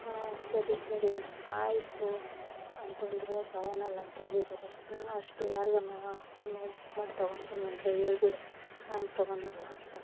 ಹಾಂ ಸರಿ ಸರಿ ಆಯಿತು ಅಂತಂದರು ತಗೋಳಲ್ಲ ಅಂತೇಳಿದರೆ ನೀನು ಅಷ್ಟೆ ಯಾರ್ಗಾನ ಫೋನು ಬುಕ್ ಮಾಡಿ ತಗೊತಿನಂದ್ರೆ ಹೇಳ್ಬಿಡೆ ನಾನು ತೊಗೊಳಲ್ಲ ಅಂತ